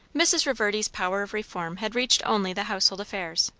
mrs. reverdy's power of reform had reached only the household affairs.